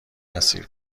اسیر